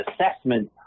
assessment